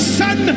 son